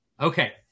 Okay